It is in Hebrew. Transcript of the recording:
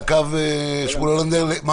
שמואל הולנדר, בבקשה.